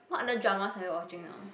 what other dramas are you watching now